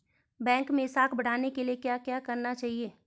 Bank मैं साख बढ़ाने के लिए क्या क्या करना चाहिए?